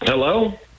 Hello